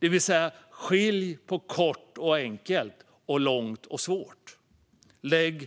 Man ska alltså skilja på kort och enkelt och långt och svårt och lägga